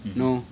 no